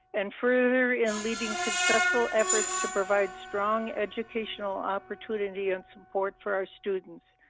and further in leading successful efforts to provide strong, educational opportunity and support for our students,